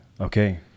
Okay